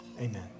Amen